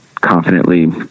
confidently